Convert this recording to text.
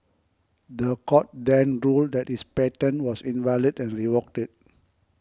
the court then ruled that his patent was invalid and revoked it